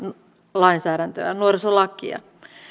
lainsäädäntöä nuorisolakia